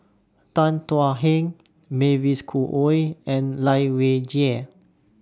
Tan Thuan Heng Mavis Khoo Oei and Lai Weijie